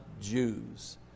Jews